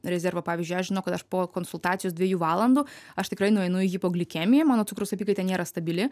rezervą pavyzdžiui aš žinau kad aš po konsultacijos dviejų valandų aš tikrai nueinu į hipoglikemiją mano cukraus apykaita nėra stabili